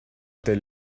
tel